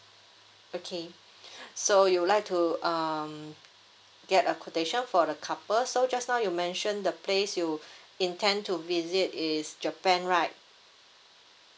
okay so you would like to um get a quotation for the couple so just now you mention the place you intend to visit is japan right